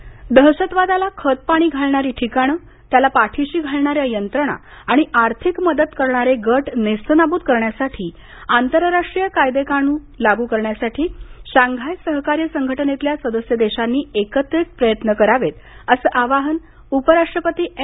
SCO Shanghai दहशतवादाला खतपाणी घालणारी ठिकाण त्याला पाठीशी घालणाऱ्या यंत्रणा आणि आर्थिक मदत करणारे गट नेस्तनाबूत करण्यासाठी आंतरराष्ट्रीय कायदे लागू करण्याकरता शांघाय सहकार्य संघटनेतल्या सदस्य देशांनी एकत्रित प्रयत्न करावेत असं आवाहन उपराष्ट्रपती एम